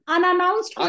Unannounced